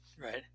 Right